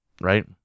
right